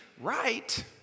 right